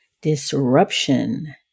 disruption